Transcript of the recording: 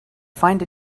find